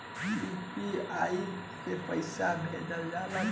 UPI से पईसा भेजल जाला का?